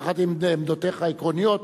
יחד עם עמדותיך העקרוניות,